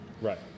Right